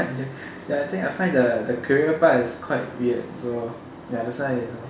I think I find the the career part is quite weird so ya so that why is a